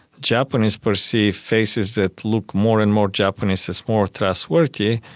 japanese perceive faces that look more and more japanese as more trustworthy,